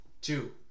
Two